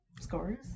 Scores